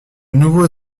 nouveaux